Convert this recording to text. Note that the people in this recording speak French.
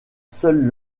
seule